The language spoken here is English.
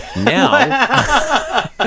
Now